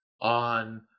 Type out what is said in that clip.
on